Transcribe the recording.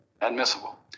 admissible